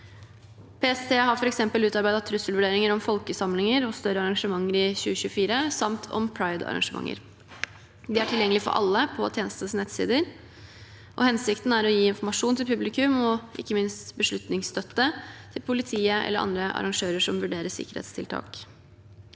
PST har f.eks. utarbeidet trusselvurderinger om folkesamlinger og større arrangementer i 2024, samt om pridearrangementer. Disse er tilgjengelige for alle på tjenestens nettsider. Hensikten er å gi informasjon til publikum og ikke minst beslutningsstøtte til politiet og arrangører som vurderer sikkerhetstiltak.